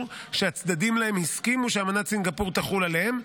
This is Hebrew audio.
שהצדדים להם הסכימו שאמנת סינגפור תחול עליהם.